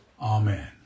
Amen